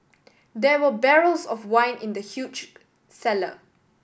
there were barrels of wine in the huge cellar